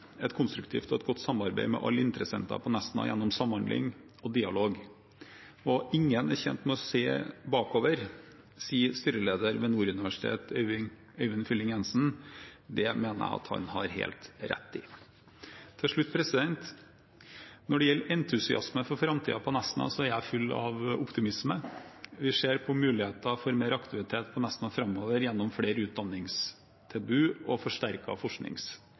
et konstruktivt og godt samarbeid med alle interessenter på Nesna gjennom samhandling og dialog. Ingen er tjent med å se bakover, sier styreleder ved Nord universitet, Øyvind Fylling-Jensen. Det mener jeg at han har helt rett i. Til slutt: Når det gjelder entusiasme for framtiden på Nesna, er jeg full av optimisme. Vi ser på muligheter for mer aktivitet på Nesna framover gjennom flere utdanningstilbud og